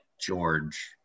george